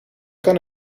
kan